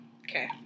Okay